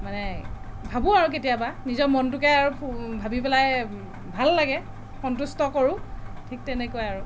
মানে ভাবোঁ আৰু কেতিয়াবা নিজৰ মনটোকে আৰু ভাবি পেলাই ভাল লাগে সন্তুষ্ট কৰোঁ ঠিক তেনেকুৱাই আৰু